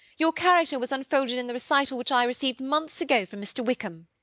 your character was unfolded in the recital which i received months ago from mr. wickham.